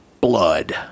blood